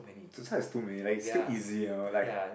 zi char is too many like it's too easy and all like